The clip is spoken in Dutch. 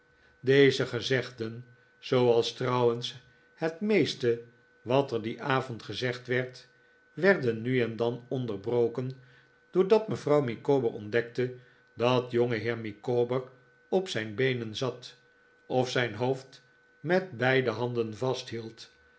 deze gezegden zooals trouwens het meeste wat er dien avond gezegd werd werden nu en dan onderbroken doordat mevrouw micawber ontdekte dat jongeheer micawber op zijn beenen zat of zijn hoofd met beide handen vasthield